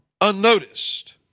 unnoticed